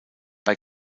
bei